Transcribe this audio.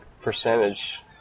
percentage